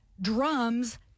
drums